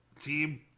team